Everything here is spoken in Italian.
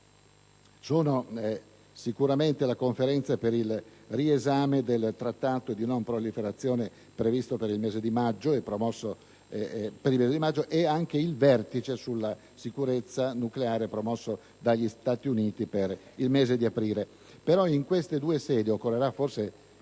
sicuramente la Conferenza per il riesame del Trattato di non proliferazione, prevista per il prossimo mese di maggio, e il vertice sulla sicurezza nucleare, promosso dagli Stati Uniti per il mese di aprile. In queste due sedi occorrerà forse